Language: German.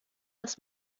dass